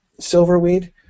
Silverweed